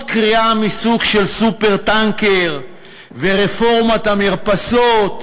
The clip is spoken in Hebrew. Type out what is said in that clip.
קריאה מסוג סופר-טנקר ורפורמת המרפסות,